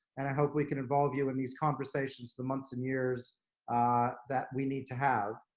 and i hope we can involve you in these conversations, the months and years that we need to have.